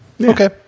Okay